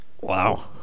wow